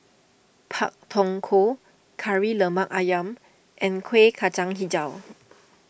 Pak Thong Ko Kari Lemak Ayam and Kueh Kacang HiJau